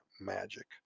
magic